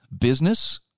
Business